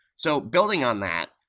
so building on that,